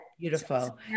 Beautiful